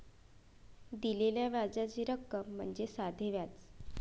दिलेल्या व्याजाची रक्कम म्हणजे साधे व्याज